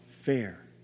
fair